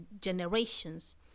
generations